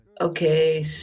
Okay